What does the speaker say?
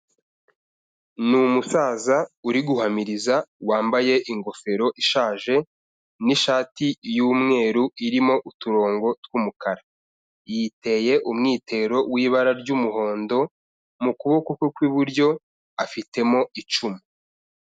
Ni umusaza uri guhamiriza wambaye ingofero ishaje n'ishati y'umweru irimo uturongo tw'umukara. Yiteye umwitero w'ibara ry'umuhondo, mu kuboko kwe kw'iburyo afitemo icumu.